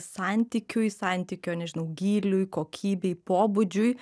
santykių į santykio nežinau gyliui kokybei pobūdžiui